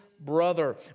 brother